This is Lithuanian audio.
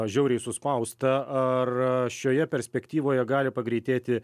žiauriai suspausta ar šioje perspektyvoje gali pagreitėti